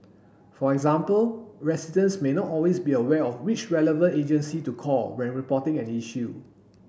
for example residents may not always be aware of which relevant agency to call when reporting an issue